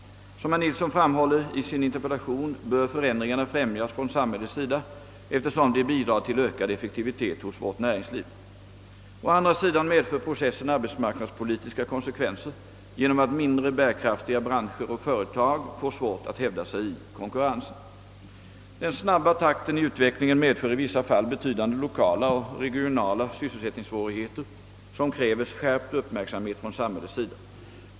Som herr Nilsson framhåller i sin interpellation bör förändringarna främjas från samhällets sida, eftersom de bidrar till ökad effektivitet hos vårt näringsliv. Å andra sidan medför processen arbetsmarknadspolitiska konsekvenser genom att mindre bärkraftiga branscher och företag får svårt att hävda sig i konkurrensen. Den snabba takten i utvecklingen medför i vissa fall betydande lokala och regionala sysselsättningssvårigheter, som kräver skärpt uppmärksamhet från samhällets sida.